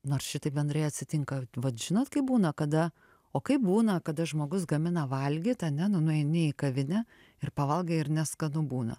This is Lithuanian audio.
nors šitaip bendrai atsitinka vat žinot kaip būna kada o kaip būna kada žmogus gamina valgyt ane nu nueini į kavinę ir pavalgai ir neskanu būna